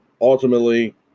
Ultimately